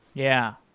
yeah.